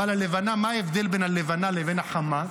אבל הלבנה, מה ההבדל בין הלבנה לבין החמה?